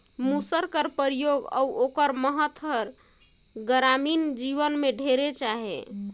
मूसर कर परियोग अउ ओकर महत हर गरामीन जीवन में ढेरेच अहे